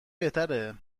بهتره